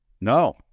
no